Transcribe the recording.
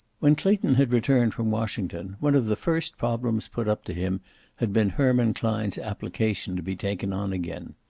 when clayton had returned from washington, one of the first problems put up to him had been herman klein's application to be taken on again.